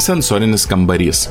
sensorinis kambarys